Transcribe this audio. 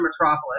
metropolis